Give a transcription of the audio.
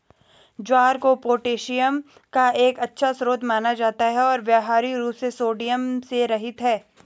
ज्वार को पोटेशियम का एक अच्छा स्रोत माना जाता है और व्यावहारिक रूप से सोडियम से रहित है